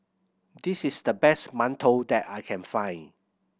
this is the best mantou that I can find